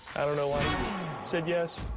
i don't know why he said yes.